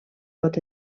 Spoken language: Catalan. pot